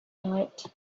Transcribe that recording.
night